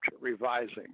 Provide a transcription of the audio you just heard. revising